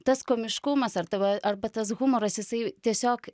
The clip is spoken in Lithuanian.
tas komiškumas ar ta va arba tas humoras jisai tiesiog